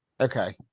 Okay